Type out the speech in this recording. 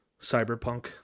cyberpunk